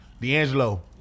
D'Angelo